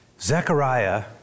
Zechariah